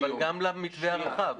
אבל גם למתווה הרחב.